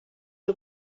are